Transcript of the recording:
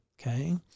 Okay